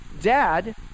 dad